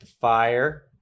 Fire